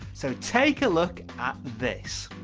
so take a look at this